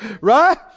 Right